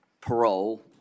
parole